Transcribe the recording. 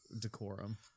decorum